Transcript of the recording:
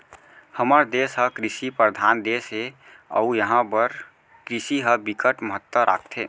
हमर देस ह कृषि परधान देस हे अउ इहां बर कृषि ह बिकट महत्ता राखथे